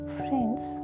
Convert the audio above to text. friends